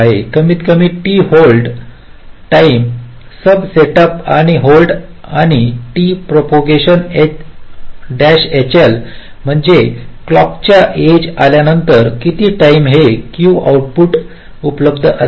कमीतकमी t hold time सब setup आणि होल्ड आणि हे t प्रोपोगांशन hl म्हणजे क्लॉक च्या एज आल्या नंतर किती टाईम हे Q आउटपुट उपलब्ध असेल